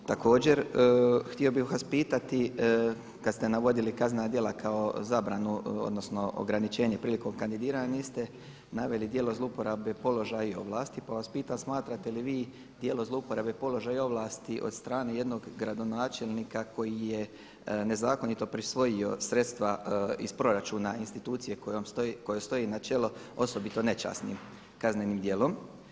Također, htio bi vas pitati kada ste navodili kaznena djela kao zabranu odnosno ograničenje prilikom kandidiranja niste naveli djelo zlouporabe položaja i ovlasti, pa vas pitam smatrate li vi djelo zloupotrebe položaja i ovlasti od strane jednog gradonačelnika koji je nezakonito prisvojio sredstva iz proračuna institucije kojoj stoji na čelo osobito nečasnim kaznenim dijelom.